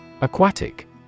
Aquatic